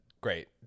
Great